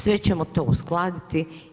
Sve ćemo to uskladiti.